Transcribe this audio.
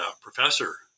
professor